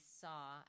saw